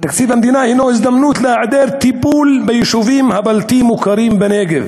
תקציב המדינה הנו הזדמנות להיעדר טיפול ביישובים הבלתי-מוכרים בנגב,